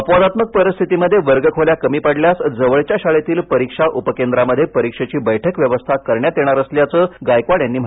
अपवादात्मक परिस्थितीमध्ये वर्गखोल्या कमी पडल्यास जवळच्या शाळेतील परीक्षा उपकेंद्रामध्ये परीक्षेची बैठक व्यवस्था करण्यात येणार असल्याचं गायकवाड यांनी म्हटलं आहे